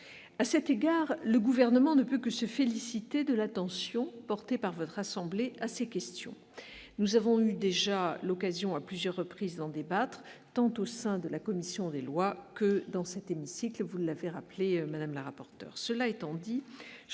à cet égard, le gouvernement ne peut que se féliciter de l'attention portée par votre assemblée à ces questions, nous avons eu déjà l'occasion à plusieurs reprises en débattre tant au sein de la commission des lois que dans cet hémicycle, vous l'avez rappelé Madame la rapporteure,